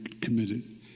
committed